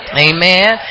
Amen